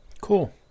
Cool